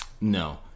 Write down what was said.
No